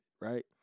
right